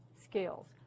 skills